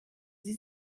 sie